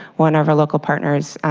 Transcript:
one of our local partners,